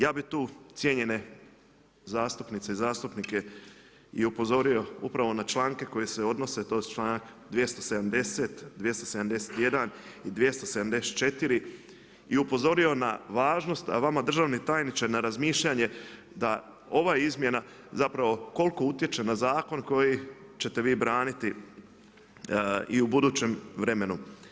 Ja bih tu cijenjene zastupnice i zastupnike i upozorio upravo na članke koji se odnose, to su članak 270, 271 i 274 i upozorio na važnost, a vama državni tajniče na razmišljanje da ova izmjena zapravo koliko utječe na zakon koji ćete vi braniti i u budućem vremenu.